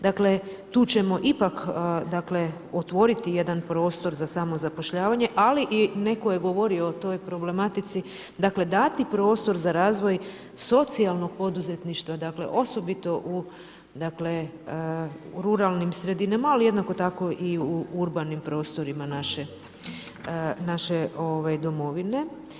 Dakle, tu ćemo ipak otvoriti jedan prostor za samozapošljavanje, ali i netko je govorio o toj problematici, dakle, dati prostor za razvoj socijalnog poduzetništva, dakle, osobito u ruralnim sredinama, ali jednako tako i u urbanim prostorima naše domovine.